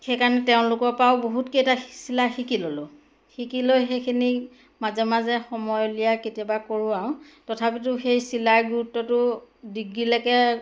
সেইকাৰণে তেওঁলোকৰ পৰাও বহুতকেইটা চিলাই শিকি ল'লোঁ শিকি লৈ সেইখিনি মাজে মাজে সময় উলিয়াই কেতিয়াবা কৰোঁ আও তথাপিতো সেই চিলাই গুৰুত্বটো ডিগ্ৰীলেকে